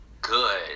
good